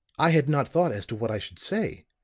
i had not thought as to what i should say,